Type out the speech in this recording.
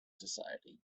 society